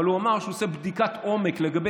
אבל הוא אמר שהוא עושה בדיקת עומק לגבי